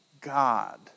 God